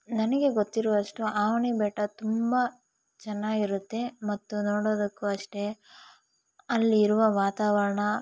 ನನಗೆ ಗೊತ್ತಿರುವಷ್ಟು ಅವನಿ ಬೆಟ್ಟ ತುಂಬ ಚೆನ್ನಾಗಿರುತ್ತೆ ಮತ್ತು ನೋಡೋದಕ್ಕೂ ಅಷ್ಟೇ ಅಲ್ಲಿ ಇರುವ ವಾತಾವರಣ